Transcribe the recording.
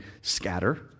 scatter